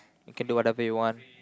you can do whatever you want